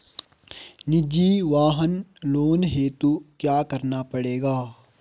निजी वाहन लोन हेतु क्या करना पड़ेगा?